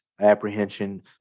apprehension